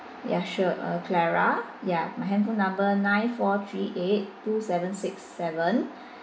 ya sure uh clara ya my handphone number nine four three eight two seven six seven